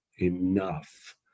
enough